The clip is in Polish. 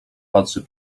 patrzy